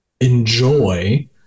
enjoy